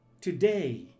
Today